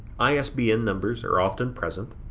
isbn numbers are often present